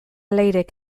leirek